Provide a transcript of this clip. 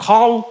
Call